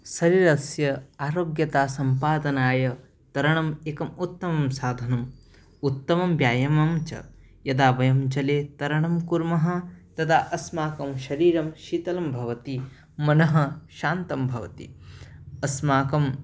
शरीरस्य आरोग्यता सम्पादनाय तरणम् एकम् उत्तमं साधनं उत्तमं व्यायामं च यदा वयं जले तरणं कुर्मः तदा अस्माकं शरीरं शीतलं भवति मनः शान्तं भवति अस्माकम्